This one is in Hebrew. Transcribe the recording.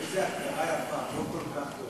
איזו הגדרה יפה: "לא כל כך טוב".